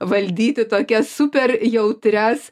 valdyti tokias super jautrias